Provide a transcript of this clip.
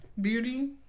beauty